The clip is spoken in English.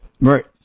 Right